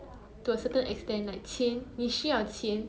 ya I agree I agree ya